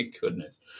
goodness